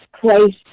place